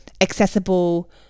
accessible